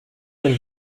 than